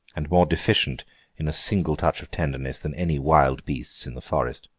and more deficient in a single touch of tenderness than any wild beast's in the forest.